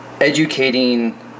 educating